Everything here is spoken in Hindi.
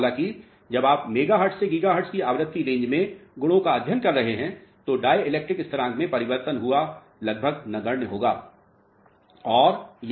हालांकि जब आप मेगाहर्ट्ज से गीगाहर्ट्ज की आवृत्ति रेंज में गुणों का अध्ययन कर रहे हैं तो डाई इलेक्ट्रिक स्थरांक में परिवर्तन हुआ लगभग नगण्य होता है